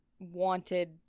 wanted